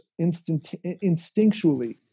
instinctually